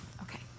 okay